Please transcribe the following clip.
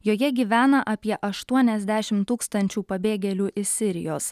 joje gyvena apie aštuoniasdešim tūkstančių pabėgėlių iš sirijos